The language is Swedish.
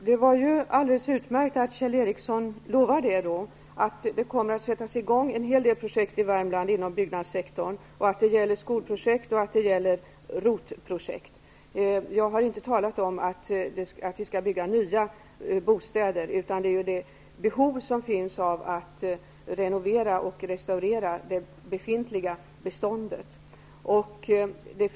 Herr talman! Det är utmärkt att Kjell Ericsson lovar att det kommer att sättas i gång en hel del projekt i Värmland inom byggnadssektorn, både skolprojekt och ROT-projekt. Jag har inte talat om att det skulle byggas nya bostäder, utan om att det finns ett behov av att restaurera och renovera det befintliga beståndet.